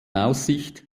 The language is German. aussicht